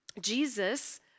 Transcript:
Jesus